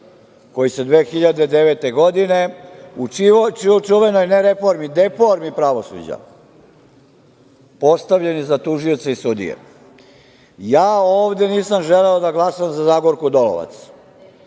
koji su 2009. godine, u čuvenoj ne reformi, deformi pravosuđa postavljeni za tužioce i sudije. Ja ovde nisam želeo da glasam za Zagorku Dolovac.